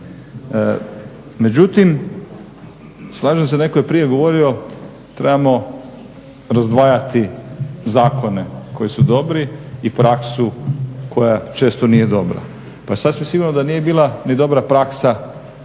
Međutim slažem se, netko je prije govorio, trebamo razdvajati zakone koji su dobri i praksu koja često nije dobra. Pa sasvim sigurno da nije bila ni dobra praksa